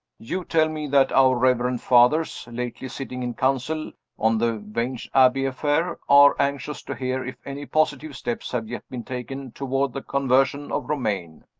you tell me that our reverend fathers, lately sitting in council on the vange abbey affair, are anxious to hear if any positive steps have yet been taken toward the conversion of romayne.